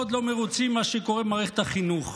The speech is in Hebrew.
לא מרוצים ממה שקורה במערכת החינוך: